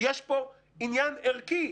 יש פה עניין ערכי.